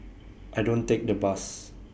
I don't take the bus